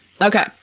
Okay